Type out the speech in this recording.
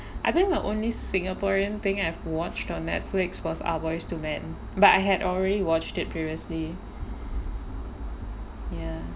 I think the only singaporean thing I've watched on Netflix was ah boys to men but I had already watched it previously ya